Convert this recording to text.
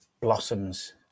blossoms